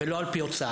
ולא על פי הוצאה.